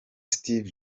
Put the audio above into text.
steve